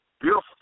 beautiful